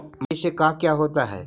माटी से का क्या होता है?